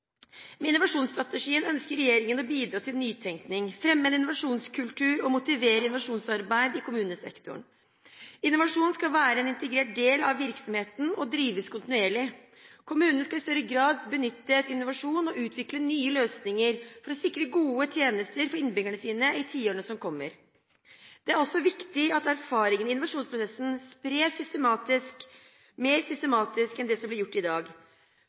Med innovasjonsstrategien ønsker regjeringen å bidra til nytenkning, fremme en innovasjonskultur og motivere til innovasjonsarbeid i kommunesektoren. Innovasjon skal være en integrert del av virksomheten og drives kontinuerlig. Kommunene skal i større grad benytte innovasjon og utvikle nye løsninger for å sikre gode tjenester for innbyggerne sine i tiårene som kommer. Det er også viktig at erfaringene fra innovasjonsprosessene spres mer systematisk enn det som blir gjort i dag.